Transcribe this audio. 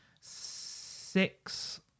six